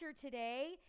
today